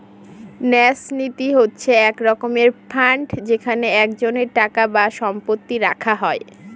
ন্যাস নীতি হচ্ছে এক রকমের ফান্ড যেখানে একজনের টাকা বা সম্পত্তি রাখা হয়